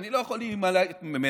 שאני לא יכול להימנע ממנה,